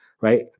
Right